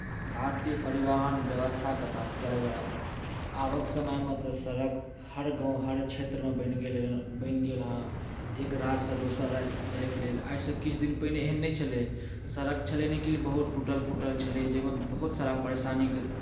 भारतीय परिवहन व्यवस्थाके बात कयल जाय तऽ आबक समयमे तऽ सड़क हर गाम हर क्षेत्रमे बनि गेलै बनि गेल हेँ एक राज्यसँ दोसर राज्य जायके लेल आइसँ किछु दिन पहिने एहन नहि छलै सड़क छलै लेकिन बहुत टूटल फूटल छलै जाहिमे बहुत सारा परेशानीके